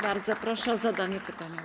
Bardzo proszę o zadanie pytania.